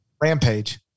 Rampage